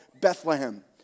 Bethlehem